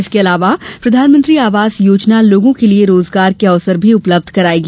इसके अलावा प्रधानमंत्री आवास योजना लोगों के लिये रोजगार के अवसर भी उपलब्ध कराया जायेगा